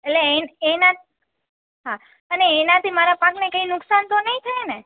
એટલે એન એનાથી હા અને એનાથી મારા પાકને કાંઈ નુકશાન તો નહીં થાય ને